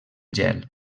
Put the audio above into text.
gel